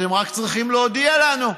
אתם רק צריכים להודיע לנו.